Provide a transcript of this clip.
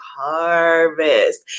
harvest